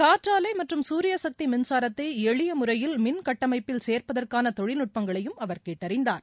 காற்றாலை மற்றும் குரியசக்தி மின்சாரத்தை எளிய முறையில் மின் கட்டமைப்பில் சேர்ப்பதற்கான தொழில்நுட்பங்களையும் அவர் கேட்டறிந்தார்